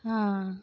ہاں